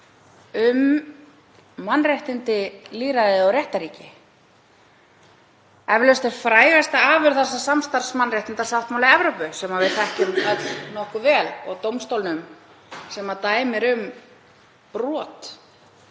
um mannréttindi, lýðræði og réttarríki. Eflaust er frægasta afurð þessa samstarfs mannréttindasáttmáli Evrópu, sem við þekkjum öll nokkuð vel, og dómstóllinn sem dæmir um brot